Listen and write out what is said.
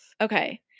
Okay